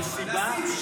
יש סיבה?